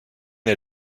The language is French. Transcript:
est